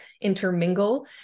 intermingle